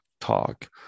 Talk